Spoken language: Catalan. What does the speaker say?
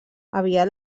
aviat